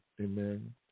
amen